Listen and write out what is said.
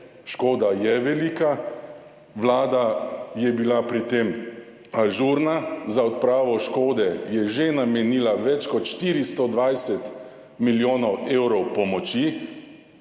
škoda je velika. Vlada je bila pri tem ažurna, za odpravo škode je že namenila več kot 420 milijonov evrov pomoči.